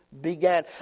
began